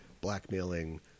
blackmailing